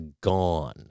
gone